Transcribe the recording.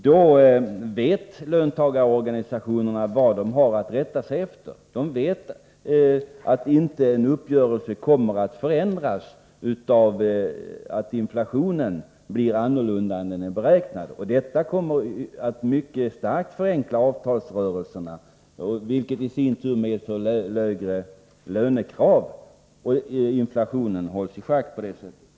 Då vet löntagarorganisationerna vad de har att rätta sig efter. De vet att en uppgörelse inte kommer att förändras av att inflationen blir annorlunda än den är beräknad. Detta kommer att mycket starkt förenkla avtalsrörelserna och medföra lägre lönekrav. På det sättet hålls inflationen i schack.